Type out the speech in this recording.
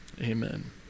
Amen